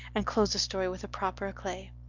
and closed the story with proper eclat.